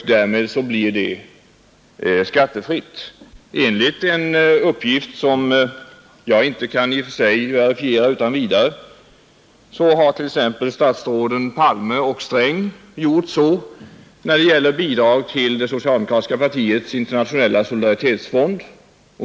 Därmed blir arvodet skattefritt. Enligt en uppgift, som jag inte utan vidare kan verifiera, har t.ex. statsråden Palme och Sträng gjort så när det gäller bidrag till det socialdemokratiska partiets internationella solidaritetsfond.